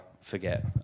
forget